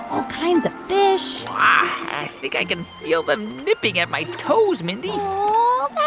all kinds of fish i think i can feel them nipping at my toes, mindy